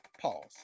Pause